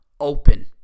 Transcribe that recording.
open